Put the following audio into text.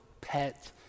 pet